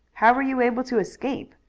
how were you able to escape?